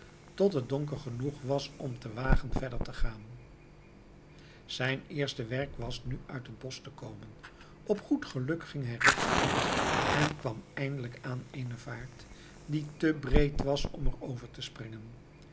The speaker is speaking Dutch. tot het donker genoeg was om te wagen verder te gaan zijn eerste werk was nu uit het bosch te komen op goed geluk ging hij rechtuit en kwam eindelijk aan eene vaart die te breed was om er over te springen